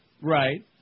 Right